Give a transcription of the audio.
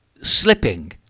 slipping